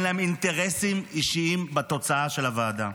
להם אינטרסים אישיים בתוצאה של הוועדה.